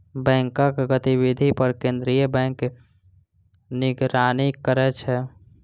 बैंकक गतिविधि पर केंद्रीय बैंक निगरानी करै छै